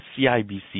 CIBC